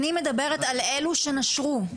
אני מדברת על אלו שנשרו.